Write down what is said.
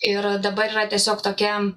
ir dabar yra tiesiog tokia